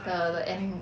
the the en~